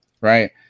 right